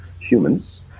humans